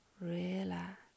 Relax